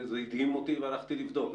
זה הדהים אותי והלכתי לבדוק.